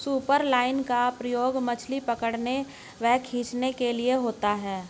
superline का प्रयोग मछली पकड़ने व खींचने के लिए होता है